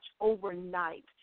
overnight